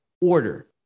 order